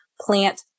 plant